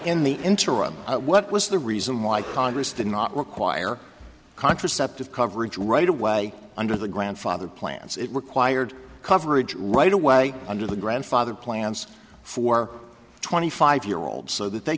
in the interim what was the reason why congress did not require contraceptive coverage right away under the grandfather plans it required coverage right away under the grandfather plans for twenty five year old so that they